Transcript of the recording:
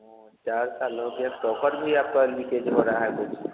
चार साल हो गया चोकर भी आपका नहीं चेंज हो रहा है